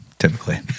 typically